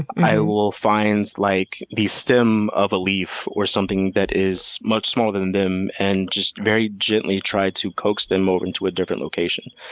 i will find like the stem of a leaf, or something that is much smaller than them, and just very gently try to coax them over into a different location.